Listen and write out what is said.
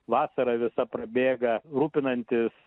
vasara visa prabėga rūpinantis